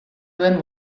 duen